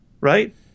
right